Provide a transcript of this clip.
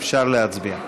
אפשר להצביע.